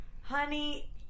Honey